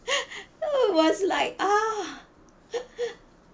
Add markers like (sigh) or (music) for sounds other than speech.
(breath) it was like ah (laughs)